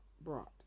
brought